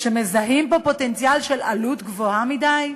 שמזהים פה פוטנציאל של עלות גבוהה מדי,